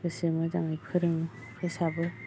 गोसो मोजाङै फोरोङो फोसाबो